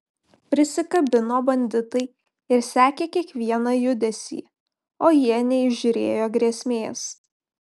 prisikabino banditai ir sekė kiekvieną judesį o jie neįžiūrėjo grėsmės